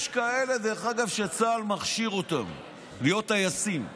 יש כאלה, דרך אגב, שצה"ל מכשיר אותם להיות טייסים,